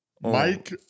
Mike